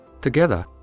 Together